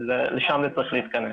לשם זה צריך להתכנס.